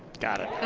got it.